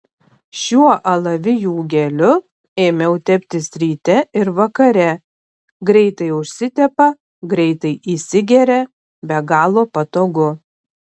šiuo alavijų geliu ėmiau teptis ryte ir vakare greitai užsitepa greitai įsigeria be galo patogu